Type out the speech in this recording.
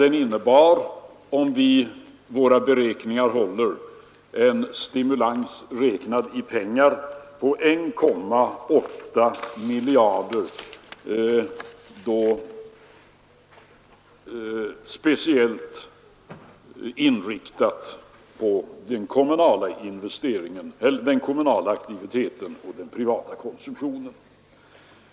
Den innebar, om våra beräkningar håller, en stimulans — i pengar räknat — på 1,8 miljarder, speciellt inriktad på den kommunala aktiviteten och den privata konsumtionen.